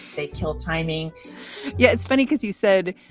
they killed timing yeah, it's funny because you said,